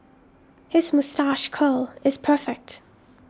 his moustache curl is perfect